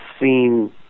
seen